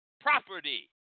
property